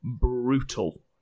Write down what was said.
brutal